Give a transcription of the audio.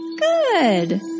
Good